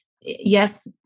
yes